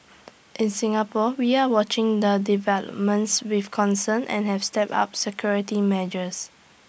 in Singapore we are watching the developments with concern and have stepped up security measures